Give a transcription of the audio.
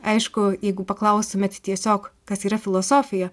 aišku jeigu paklaustumėt tiesiog kas yra filosofija